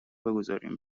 بگذاریم